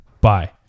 Bye